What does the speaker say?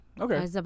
Okay